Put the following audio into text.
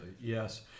Yes